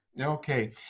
Okay